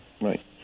Right